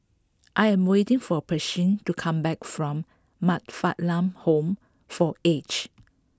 I am waiting for Pershing to come back from Man Fatt Lam Home for Aged